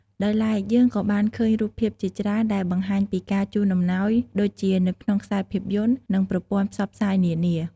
ដោយឡែក យើងក៏បានឃើញរូបភាពជាច្រើនដែលបង្ហាញពីការជូនអំណោយ ដូចជានៅក្នុងខ្សែភាពយន្ត និង ប្រព័ន្ធផ្សព្វផ្សាយនានា។